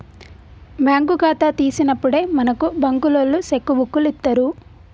bank ఖాతా తీసినప్పుడే మనకు బంకులోల్లు సెక్కు బుక్కులిత్తరు